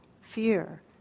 fear